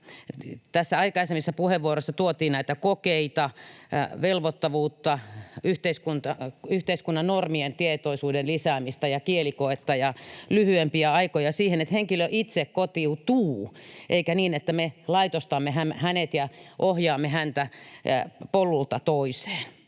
Näissä aikaisemmissa puheenvuoroissa tuotiin esiin näitä kokeita, velvoittavuutta, yhteiskunnan normien ja tietoisuuden lisäämistä ja kielikoetta ja lyhyempiä aikoja siihen, että henkilö itse kotiutuu, eikä niin, että me laitostamme hänet ja ohjaamme häntä polulta toiseen.